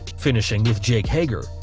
finishing with jake hager,